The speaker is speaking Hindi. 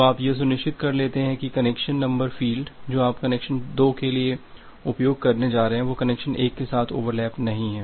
तो आप यह सुनिश्चित कर लेंते हैं कि कनेक्शन नंबर फ़ील्ड जो आप कनेक्शन 2 के लिए उपयोग करने जा रहे हैं वो कनेक्शन 1 के साथ ओवरलैप नहीं है